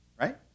Right